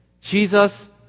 Jesus